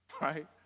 right